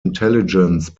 intelligence